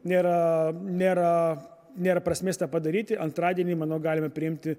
nėra nėra nėra prasmės tą padaryti antradienį manau galime priimti